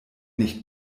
nicht